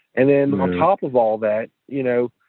and then on top of all that, you know,